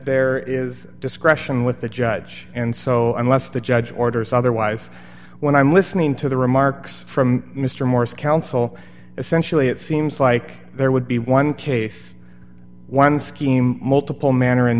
there is discretion with the judge and so unless the judge orders otherwise when i'm listening to the remarks from mr morris counsel essentially it seems like there would be one case one scheme multiple man